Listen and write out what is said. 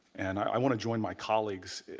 and i want to join my colleagues.